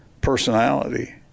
personality